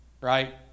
right